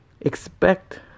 expect